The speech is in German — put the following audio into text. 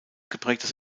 geprägtes